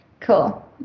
Cool